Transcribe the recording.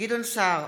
גדעון סער,